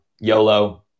YOLO